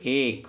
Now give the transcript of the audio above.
एक